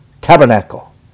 tabernacle